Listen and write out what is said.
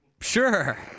Sure